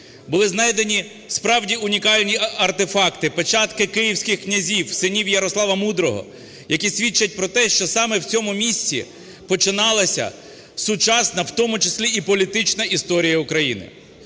Були знайдені справді унікальні артефакти, печатки київських князів синів Ярослава Мудрого, які свідчать про те, що саме в цьому місці починалася сучасна, в тому числі і політична історія України.